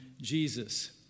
Jesus